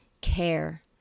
care